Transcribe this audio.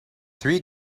three